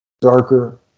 darker